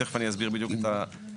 תכף אני אסביר בדיוק את העניין,